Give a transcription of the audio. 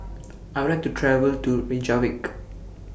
I Would like to travel to Reykjavik